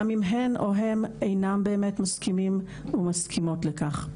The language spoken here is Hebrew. גם אם הן או הם אינם באמת מסכימים או מסכימות לכך.